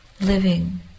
living